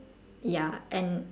ya and